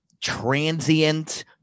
transient